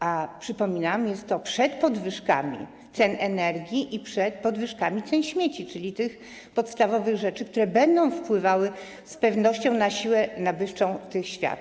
A przypominam jest to przed podwyżkami cen energii i przed podwyżkami opłat za śmieci, czyli tych podstawowych rzeczy, które będą wpływały z pewnością na siłę nabywczą tych świadczeń.